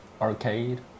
arcade